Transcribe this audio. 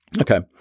Okay